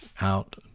out